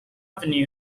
avenue